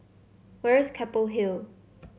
where is Keppel Hill